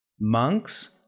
Monks